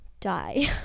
die